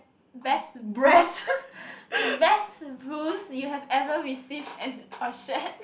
best boost best boost you have ever received as a set